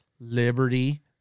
Liberty